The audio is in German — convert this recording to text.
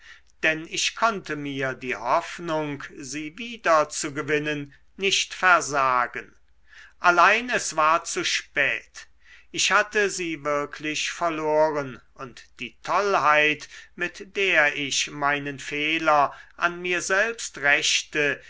denn ich konnte mir die hoffnung sie wieder zu gewinnen nicht versagen allein es war zu spät ich hatte sie wirklich verloren und die tollheit mit der ich meinen fehler an mir selbst rächte